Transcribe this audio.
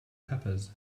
peppers